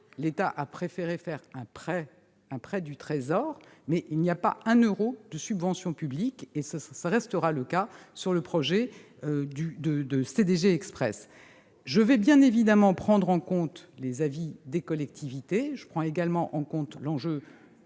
l'État a préféré accorder un prêt du Trésor ; il n'y a pas un euro de subvention publique, et cela restera le cas tout au long du projet. Je vais évidemment prendre en compte les avis des collectivités. Je prends également en compte l'enjeu